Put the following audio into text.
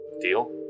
Deal